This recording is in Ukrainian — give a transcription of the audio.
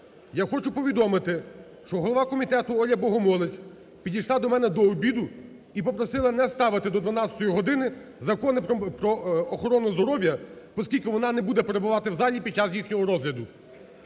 Я хочу повідомити, що голова комітету Оля Богомолець підійшла до мене до обіду і попросила не ставити до 12-ї години закони про охорони здоров'я, поскільки вона не буде перебувати в залі під час їхнього розгляду.